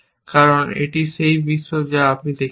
কারণ এটি সেই বিশ্ব যা আমি দেখছি